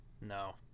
No